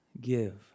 Give